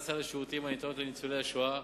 סל השירותים הניתנים לניצולי השואה.